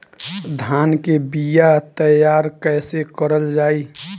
धान के बीया तैयार कैसे करल जाई?